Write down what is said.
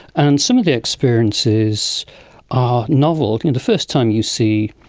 and some of the experiences are novel. the and first time you see,